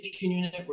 unit